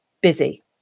busy